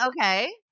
Okay